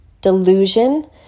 delusion